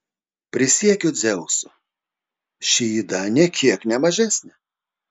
prisiekiu dzeusu ši yda nė kiek ne mažesnė